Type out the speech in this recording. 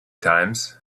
times